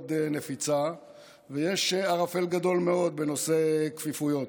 נפיצה ויש ערפל גדול מאוד בנושא כפיפויות.